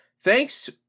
thanks